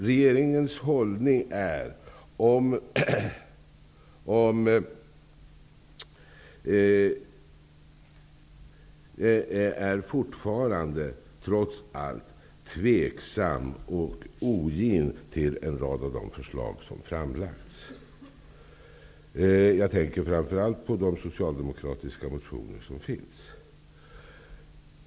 Regeringens hållning är fortfarande, trots allt, tveksam och ogin till en rad av de förslag som framlagts. Jag tänker framför allt på de socialdemokratiska motioner som väckts.